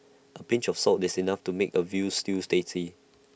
A pinch of salt is enough to make A Veal Stews tasty